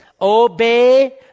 obey